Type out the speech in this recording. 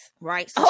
right